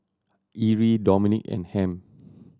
Irl Dominique and Ham